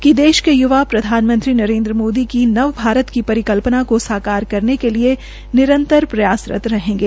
कि देश के य्वा प्रधानमंत्री नरेन्द्र मोदी की नव भारत की विश्वास परिकल्पना को साकार करने के लिए निरतंर प्रयासरत रहेंगे